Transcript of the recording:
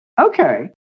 okay